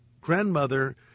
grandmother